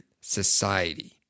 society